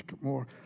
more